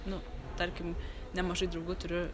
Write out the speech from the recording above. nu tarkim nemažai draugų turiu